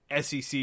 SEC